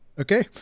okay